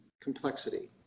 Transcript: complexity